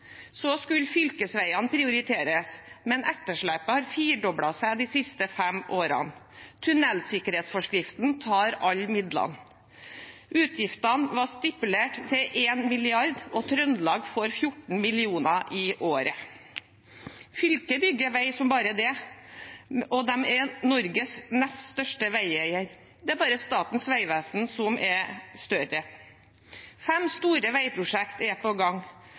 Så skulle fylkesveiene prioriteres, men etterslepet har firedoblet seg de siste fem årene. Tunnelsikkerhetsforskriften tar alle midlene. Utgiftene var stipulert til 1 mrd. kr, og Trøndelag får 14 mill. kr i året. Fylket bygger vei som bare det og er Norges nest største veieier, bare Statens vegvesen er større. Fem store veiprosjekt er på gang.